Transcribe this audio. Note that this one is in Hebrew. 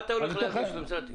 מה אתה הולך להגיש למשרד התקשורת?